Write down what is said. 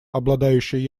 обладающие